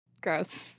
gross